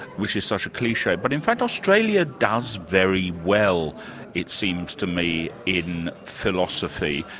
which is such a cliche, but in fact australia does very well it seems to me, in philosophy,